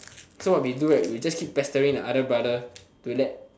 so what we do right we'll just keep pestering the elder brother to let